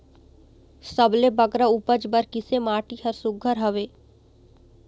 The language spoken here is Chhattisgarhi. सबले बगरा उपज बर किसे माटी हर सुघ्घर हवे?